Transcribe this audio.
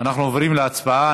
אנחנו עוברים להצבעה.